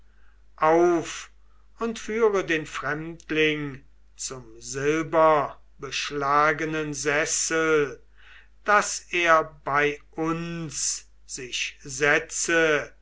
auf und führe den fremdling zum silberbeschlagenen sessel daß er bei uns sich setze